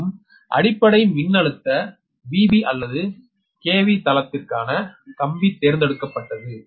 மேலும் அடிப்படை மின்னழுத்த VB அல்லது kV தளத்திற்கான கம்பி தேர்ந்தெடுக்கப்பட்டது